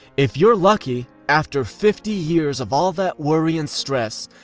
if you're lucky, after fifty years of all that worry and stress,